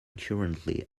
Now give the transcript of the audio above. currently